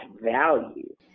value